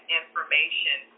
information